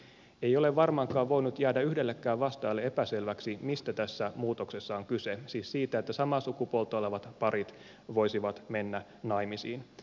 ei ole varmaankaan voinut jäädä yhdellekään vastaajalle epäselväksi mistä tässä muutoksessa on kyse siis siitä että samaa sukupuolta olevat parit voisivat mennä naimisiin